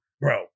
bro